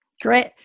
great